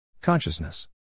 Consciousness